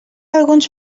alguns